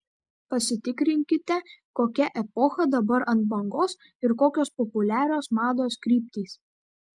pasitikrinkite kokia epocha dabar ant bangos ir kokios populiarios mados kryptys